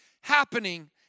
happening